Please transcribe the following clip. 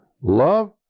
Love